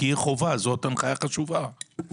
הם